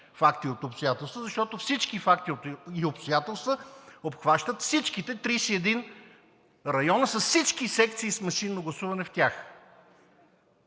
факти и обстоятелства, защото всички факти и обстоятелства обхващат всичките 31 района, с всички секции с машинно гласуване в тях.